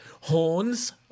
horns